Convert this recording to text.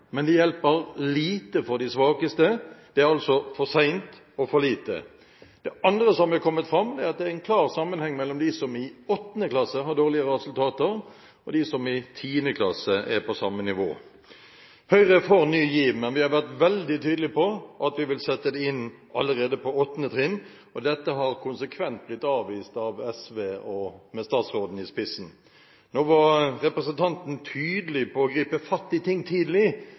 men det hjelper lite for de svakeste. Det er altså for sent og for lite. Det andre som har kommet fram, er at det er en klar sammenheng mellom de elevene som i 8. klasse har dårligere resultater, og de som i 10. klasse er på samme nivå. Høyre er for Ny GIV, men vi har vært veldig tydelige på at vi vil sette det inn allerede på 8. trinn. Dette har konsekvent blitt avvist av SV, med statsråden i spissen. Nå var representanten tydelig på å gripe fatt i ting tidlig.